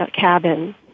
cabin